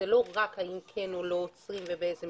זה לא רק האם כן או לא עוצרים ובאילו מקרים.